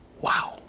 Wow